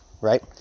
Right